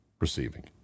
Receiving